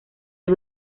del